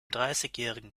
dreißigjährigen